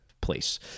place